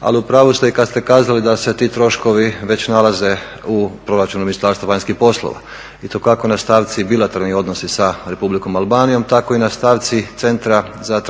ali u pravu ste i kad ste kazali da se ti troškovi već nalaze u Proračunu Ministarstva vanjskih poslova i to kako na stavci bilateralni odnosi sa Republikom Albanijom tako i na stavci Centra za